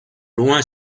loin